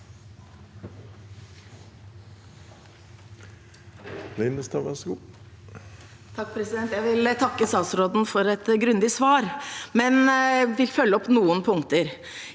Jeg vil tak- ke statsråden for et grundig svar, men vil følge opp noen punkter.